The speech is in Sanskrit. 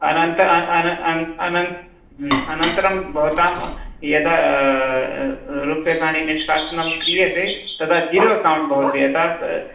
अनन्तरं भवतां यदा रूप्यकाणि निष्कासनं क्रियते तदा जीरो अकौण्ट् भवति यथा